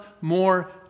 more